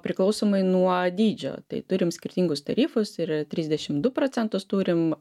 priklausomai nuo dydžio tai turim skirtingus tarifus ir trisdešimt du procentus turim